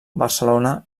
barcelona